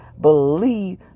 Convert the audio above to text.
believe